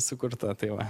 sukurta tai va